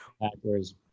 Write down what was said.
backwards